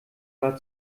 war